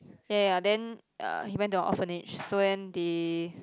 ya ya ya then uh he went to a orphanage so then they